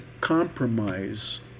compromise